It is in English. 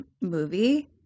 movie